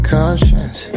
conscience